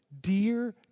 dear